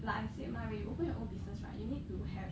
well I said mah when you open your own business right you need to have